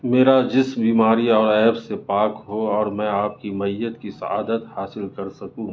میرا جسم بیماری اور عیب سے پاک ہو اور میں آپ کی معیت کی سعادت حاصل کر سکوں